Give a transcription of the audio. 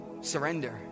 surrender